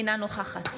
אינה נוכחת